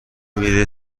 میره